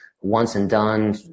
once-and-done